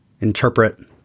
interpret